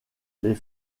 les